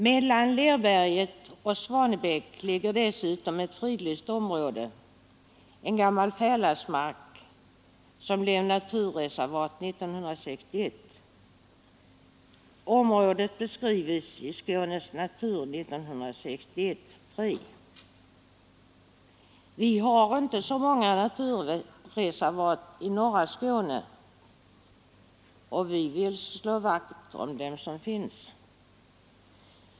Mellan Lerberget och Svanebäck ligger dessutom ett fridlyst område, en gammal fäladsmark, som blev naturreservat 1961. Området beskrives i Skånes Natur 1961:3. Vi har inte så många naturreservat i norra Skåne, och vi vill slå vakt om dem som finns.